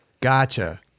Gotcha